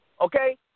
Okay